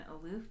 aloof